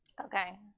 Okay